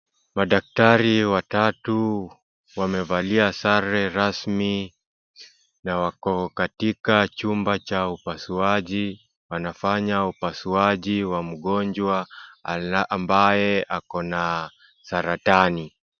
Madaktari watatu wamevaa sare rasmi na wako katika chumba cha upasuaji, wanafanya upasuaji wa mgonjwa ambaye ako na saratani.